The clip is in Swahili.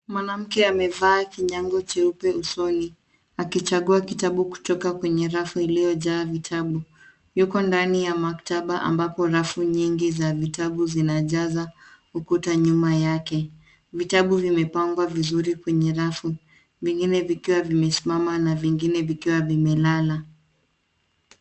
Mwanamke amevaa kinyago cheupe usoni akichaguwa kitabu kutoka kwenye rafu iliyojaa vitabu yuko ndani ya maktaba ambapo rafu nyingi za vitabu zinajaza ukuta nyuma yake. Vitabu vimepagwa vizuri kwenye rafu vingine vikiwa vimesimama na vingine vikiwa vimelala.